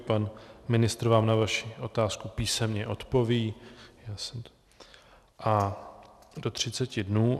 Pan ministr vám na vaši otázku písemně odpoví do třiceti dnů.